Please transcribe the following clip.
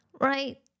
Right